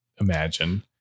imagine